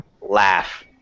laugh